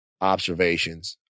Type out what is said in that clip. observations